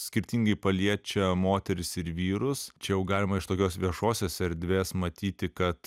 skirtingai paliečia moteris ir vyrus čia jau galima iš tokios viešosios erdvės matyti kad